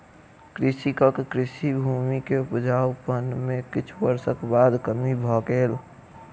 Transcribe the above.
कृषकक कृषि भूमि के उपजाउपन में किछ वर्षक बाद कमी भ गेल